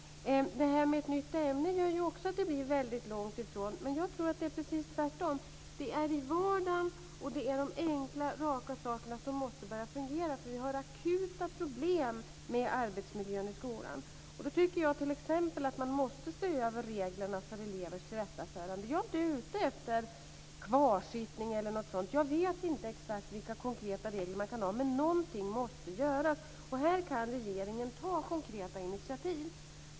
Men det är vardagen och de enkla, raka sakerna som måste börja fungera, för vi har akuta problem med arbetsmiljön i skolan. Därför tycker jag t.ex. att man måste se över reglerna för elevers uppförande. Jag är inte ute efter kvarsittning eller något sådant - jag vet inte exakt vilka konkreta regler man kan ha - men någonting måste göras, och här kan regeringen ta konkreta initiativ.